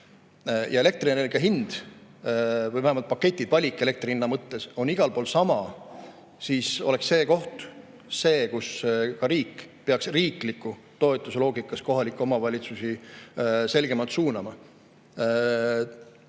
ja elektrienergia hind või vähemalt paketivalik elektri hinna mõttes on igal pool sama, siis see oleks see koht, kus riik peaks riikliku toetuse loogikas kohalikke omavalitsusi selgemalt suunama.